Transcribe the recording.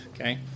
okay